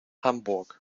hamburg